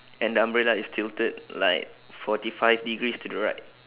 and the umbrella is tilted like forty five degrees to the right